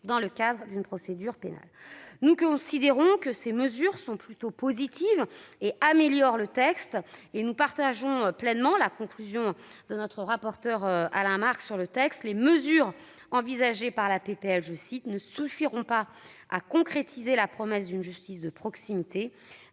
dans le cadre d'une procédure pénale. Nous considérons que ces mesures sont plutôt positives et qu'elles améliorent le texte. En outre, nous partageons pleinement la conclusion du rapporteur Alain Marc sur le texte :« Les mesures envisagées par la proposition de loi ne suffiront pas à concrétiser la promesse d'une justice de proximité :